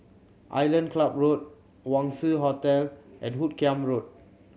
Island Club Road Wangz Hotel and Hoot Kiam Road